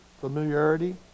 familiarity